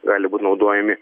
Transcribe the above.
gali būt naudojami